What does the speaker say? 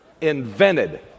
invented